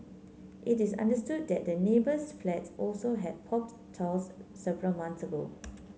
it is understood that the neighbour's flat also had popped tiles several months ago